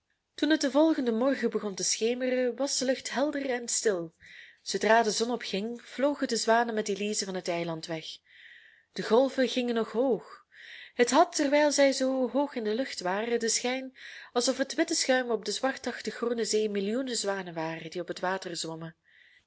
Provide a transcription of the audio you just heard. toen het den volgenden morgen begon te schemeren was de lucht helder en stil zoodra de zon opging vlogen de zwanen met elize van het eiland weg de golven gingen nog hoog het had terwijl zij zoo hoog in de lucht waren den schijn alsof het witte schuim op de zwartachtig groene zee millioenen zwanen waren die op het water zwommen